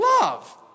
Love